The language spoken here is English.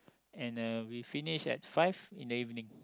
and uh we finished at five in the evening